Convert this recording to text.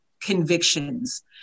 convictions